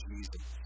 Jesus